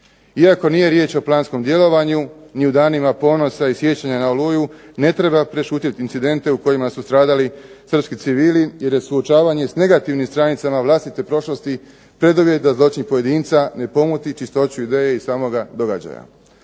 Iako nije riječ o planskom djelovanju, ni u danima ponosa i sjećanja na Oluju, ne treba prešutjeti incidente u kojima su stradali Srpski civili jer je suočavanje s negativnim stranicama vlastite prošlosti preduvjet da zločin pojedinca ne pomuti čistoću ideje i samoga događaja.